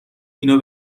اینو